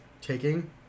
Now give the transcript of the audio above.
taking